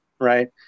right